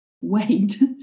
wait